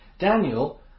Daniel